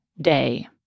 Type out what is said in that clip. day